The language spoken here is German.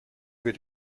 wir